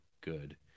good